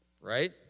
Right